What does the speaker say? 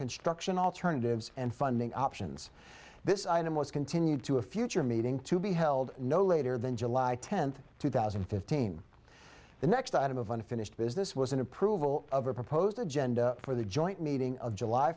construction alternatives and funding options this item was continued to a future meeting to be held no later than july tenth two thousand and fifteen the next item of unfinished business was an approval of a proposed agenda for the joint meeting of july